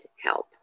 help